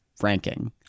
ranking